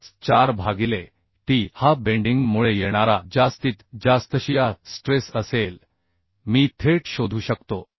54 भागिले t हा bending मुळे येणारा जास्तीत जास्तशिया स्ट्रेस असेल मी थेट शोधू शकतो